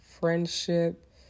friendship